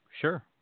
Sure